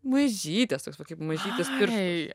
mažytės toks va kaip mažytis pirštas